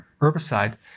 herbicide